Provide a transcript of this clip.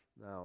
now